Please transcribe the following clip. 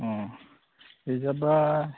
अ reserve बा